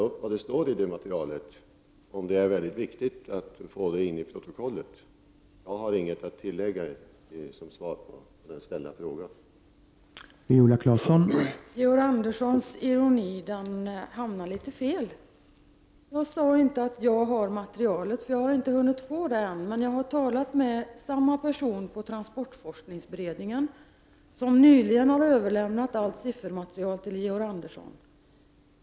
Jag sade inte att jag har ett material, eftersom jag inte har hunnit få det. Men jag har talat med samma person på transportforskningsberedningen som nyligen har överlämnat allt siffermaterial till Georg Andersson.